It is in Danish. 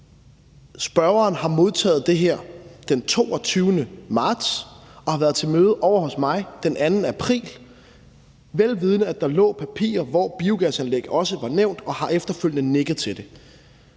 Spørgeren har modtaget det her den 22. marts og har været til møde ovre hos mig den 2. april, vel vidende at der jo er papirer, hvor biogasanlæg også var nævnt, og han har efterfølgende nikket til det.